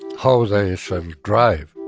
how they should drive.